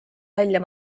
välja